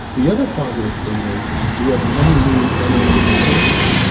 the other positive thing is we have many new dental materials,